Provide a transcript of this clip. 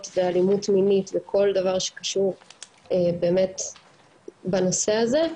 ואלימות מינית וכל דבר שהוא באמת בנושא הזה,